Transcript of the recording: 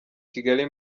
kigali